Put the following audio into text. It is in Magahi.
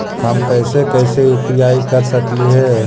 हम कैसे कैसे यु.पी.आई कर सकली हे?